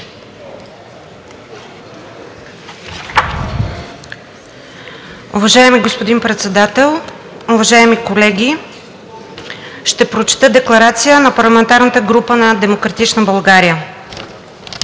Уважаеми господин Председател, уважаеми колеги! Ще прочета: „ДЕКЛАРАЦИЯ на парламентарната група на „Демократична България“